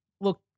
look